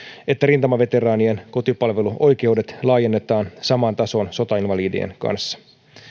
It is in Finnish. että rintamaveteraanien kotipalveluoikeudet laajennetaan samaan tasoon sotainvalidien kanssa